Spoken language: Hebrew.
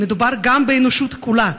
מדובר באנושות כולה.